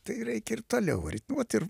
tai reikia ir toliau ritmuot ir